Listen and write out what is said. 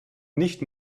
nicht